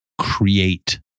create